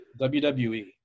wwe